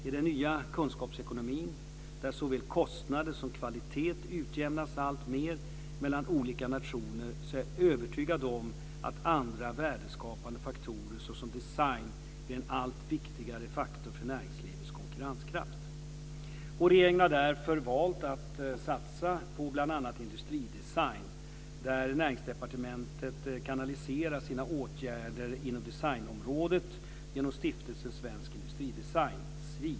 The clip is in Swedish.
I den nya kunskapsekonomin, där såväl kostnader som kvalitet utjämnas alltmer mellan olika nationer, är jag övertygad om att andra värdeskapande faktorer såsom design blir en allt viktigare faktor för näringslivets konkurrenskraft. Regeringen har därför valt att satsa på bl.a. industridesign, där Näringsdepartementet kanaliserar sina åtgärder inom designområdet genom Stiftelsen Svensk Industridesign .